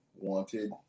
wanted